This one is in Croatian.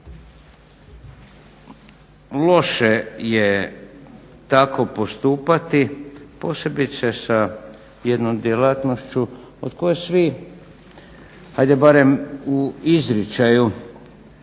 Loše je tako postupati posebice sa jednom djelatnošću od koje svi ajde barem u izričaju